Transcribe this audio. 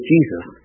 Jesus